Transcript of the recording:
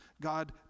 God